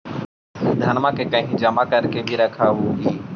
धनमा के कहिं जमा कर के भी रख हू की?